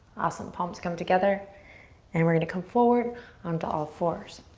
awesome, palms come together and we're gonna come forward onto all fours.